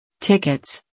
Tickets